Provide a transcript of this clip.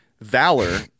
Valor